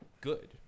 good